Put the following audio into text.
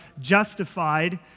justified